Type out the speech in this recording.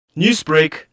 Newsbreak